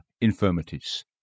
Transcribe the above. infirmities